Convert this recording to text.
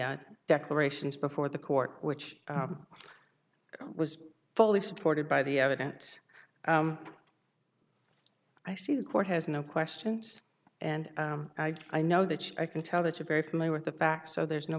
declarations before the court which was fully supported by the evidence i see the court has no questions and i know that i can tell that you're very familiar with the facts so there's no